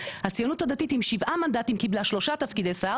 הציונות הדתית עם שבעה מנדטים קיבלה שלושה תפקידי שר